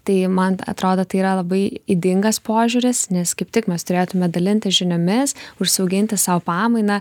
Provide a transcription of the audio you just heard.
tai man atrodo tai yra labai ydingas požiūris nes kaip tik mes turėtume dalintis žiniomis užsiauginti sau pamainą